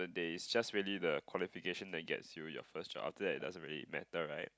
there is just really the qualification that gets you your first job then it doesn't really matter right